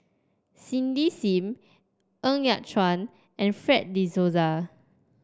Cindy Sim Ng Yat Chuan and Fred De Souza